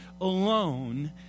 alone